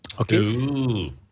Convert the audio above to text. Okay